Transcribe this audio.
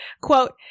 Quote